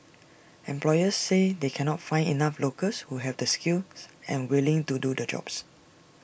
employers say they cannot find enough locals who have the skills and are willing to do the jobs